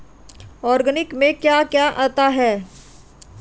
Organic में क्या क्या आता है?